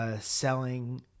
Selling